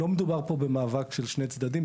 לא מדובר פה במאבק של שני צדדים.